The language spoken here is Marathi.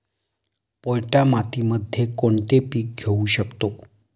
पोयटा मातीमध्ये कोणते पीक घेऊ शकतो?